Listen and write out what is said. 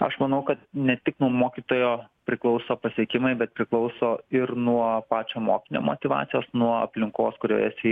aš manau kad ne tik nuo mokytojo priklauso pasiekimai bet priklauso ir nuo pačio mokinio motyvacijos nuo aplinkos kurioje esi